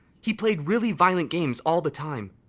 he played really violent games all the time.